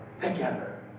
Together